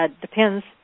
depends